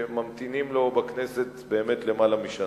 שממתינים לו בכנסת באמת למעלה משנה.